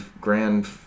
grand